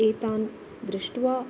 एतान् दृष्ट्वा